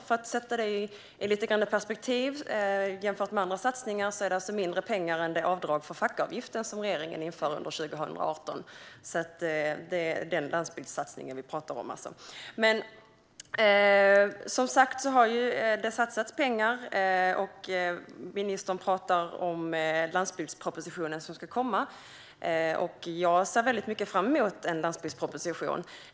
För att sätta det lite grann i perspektiv och jämföra det med andra satsningar är det mindre pengar än det avdrag för fackavgiften som regeringen inför under 2018. Det är alltså den landsbygdssatsning vi talar om. Det har dock satsats pengar, som sagt, och ministern talar om den landsbygdsproposition som ska komma. Jag ser väldigt mycket fram emot en landsbygdsproposition.